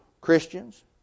Christians